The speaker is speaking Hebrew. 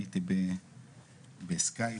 הייתי בsky,